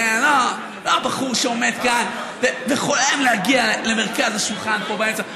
לא הבחור שעומד כאן וחולם להגיע למרכז השולחן פה באמצע.